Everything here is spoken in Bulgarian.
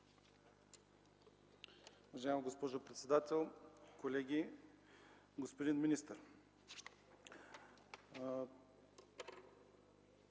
Добре